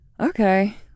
Okay